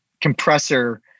compressor